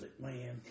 man